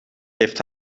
heeft